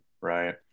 right